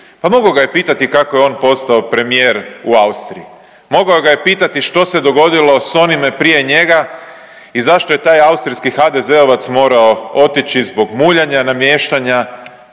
Pa mogao ga je pitati kako je on postao premijer u Austriji. Mogao ga je pitati što se dogodilo sa onime prije njega i zašto je taj austrijski HDZ-ovac morao otići zbog muljanja, namještanja